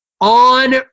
on